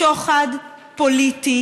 בשוחד פוליטי